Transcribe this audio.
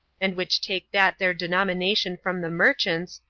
and which take that their denomination from the merchants,